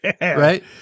Right